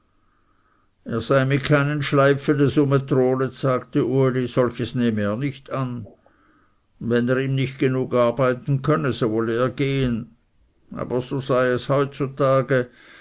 mit keinen schleipfe desumetrolet sagte uli solches nehme er nicht an und wenn er ihm nicht genug arbeiten könnte so wolle er gehen aber so sei es heutzutage